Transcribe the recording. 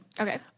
Okay